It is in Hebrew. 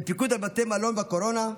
בפיקוד על בתי מלון בקורונה,